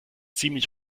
ziemlich